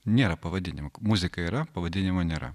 nėra pavadinimo muzika yra pavadinimo nėra